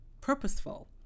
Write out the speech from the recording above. purposeful